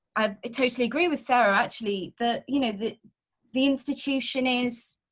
i ah totally agree with sarah. actually, the you know the the institution is